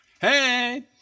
hey